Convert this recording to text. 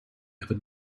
never